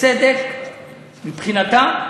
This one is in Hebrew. בצדק מבחינתה,